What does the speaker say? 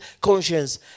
conscience